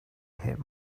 hit